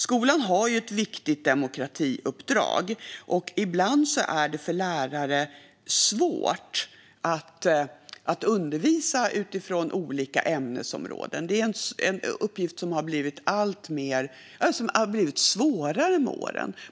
Skolan har ju ett viktigt demokratiuppdrag, men ibland är det svårt för lärare att undervisa utifrån det inom olika ämnesområden. Det är en uppgift som har blivit allt svårare med åren.